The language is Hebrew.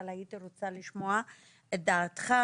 אבל הייתי רוצה לשמוע את דעתך